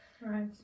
Right